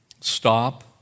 stop